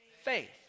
Faith